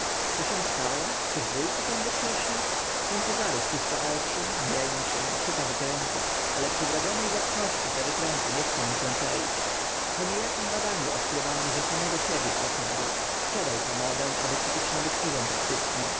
co się stało czy zbó cy tędy przeszli pan cezary spuszcza oczy mieni się szuka wykrętów ale przy wrodzone zacności te wykręty nie chcą mu się kleić po nie akim badaniu odkrywamy że samego siebie okradł sprzedał komodę aby kupić nowy przyrząd optyczny